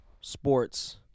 Sports